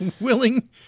willing